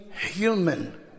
human